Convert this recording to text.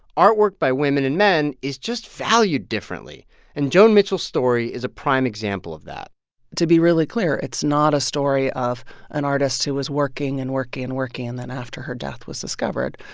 artwork by women and men is just valued differently and joan mitchell's story is a prime example of that to be really clear, it's not a story of an artist who was working and working and working and then, after her death, was discovered.